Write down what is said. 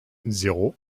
zéro